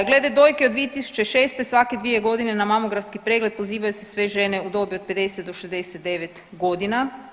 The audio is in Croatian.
Glede dojke od 2006. svake dvije godine na mamografski pregled pozivaju se sve žene u dobi od 50 do 69 godina.